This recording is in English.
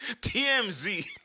TMZ